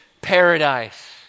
paradise